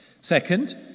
Second